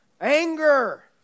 anger